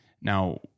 Now